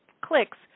clicks